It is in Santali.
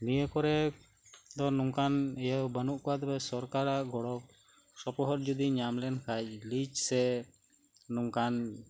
ᱱᱤᱭᱟᱹᱠᱚᱨᱮ ᱰᱚ ᱱᱚᱝᱠᱟᱱ ᱤᱭᱟᱹ ᱵᱟᱹᱱᱩᱜ ᱠᱚᱣᱟ ᱛᱚᱵᱮ ᱥᱚᱨᱠᱟᱨᱟᱜ ᱜᱚᱲᱚ ᱥᱚᱯᱚᱦᱚᱫ ᱡᱚᱫᱤ ᱧᱟᱢ ᱞᱮᱱᱠᱷᱟᱱ ᱞᱤᱡ ᱥᱮ ᱱᱚᱝᱠᱟᱱ